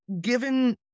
given